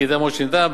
כי זה עמוד שלדה,